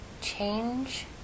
change